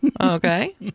Okay